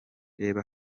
reba